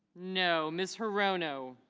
no. miss her row no